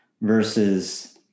versus